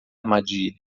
armadilha